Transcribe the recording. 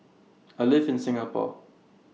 I live in Singapore